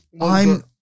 I'm-